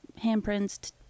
handprints